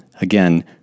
again